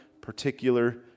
particular